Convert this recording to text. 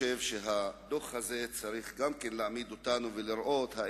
הדוח הזה צריך להעמיד אותנו בפני הצורך לבחון